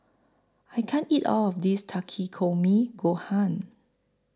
I can't eat All of This Takikomi Gohan